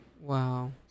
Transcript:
Wow